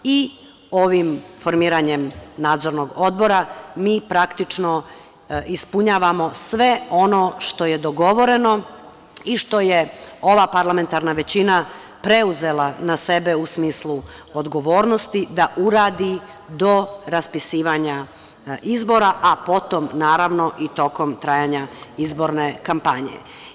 I ovim formiranjem Nadzornog odbora, mi praktično ispunjavamo sve ono što je dogovoreno i što je ova parlamentarna većina preuzela na sebe u smislu odgovornosti, da uradi do raspisivanja izbora, a potom, naravno, i tokom trajanja izborne kampanje.